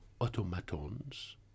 automatons